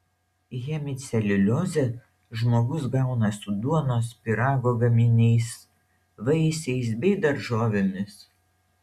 hemiceliuliozę žmogus gauna su duonos pyrago gaminiais vaisiais bei daržovėmis